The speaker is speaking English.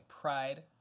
Pride